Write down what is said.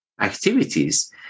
activities